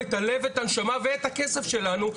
את הלב ואת הנשמה ואת הכסף שלנו,